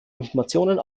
informationen